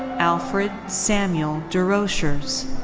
alfred samuel derochers.